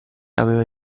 aveva